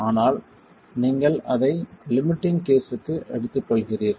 ஆனால் நீங்கள் அதை லிமிட்டிங் கேஸ்க்கு எடுத்துக்கொள்கிறீர்கள்